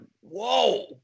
whoa